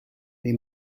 they